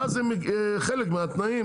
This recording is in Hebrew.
ואז זה חלק מהתנאים,